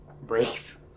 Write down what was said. breaks